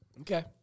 Okay